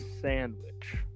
sandwich